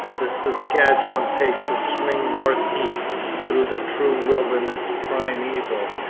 the saskatchewan takes a swing north-east through the true wilderness primeval.